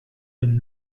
them